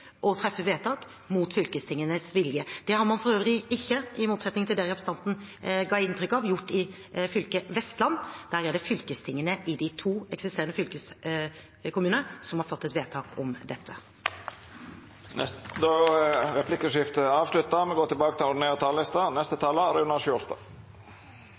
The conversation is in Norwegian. å treffe vedtak mot fylkestingenes vilje. Det har man for øvrig ikke, i motsetning til det representanten ga inntrykk av, gjort i fylket Vestland – der er det fylkestingene i de to eksisterende fylkeskommunene som har fattet vedtak om dette. Dermed er replikkordskiftet avslutta.